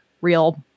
Real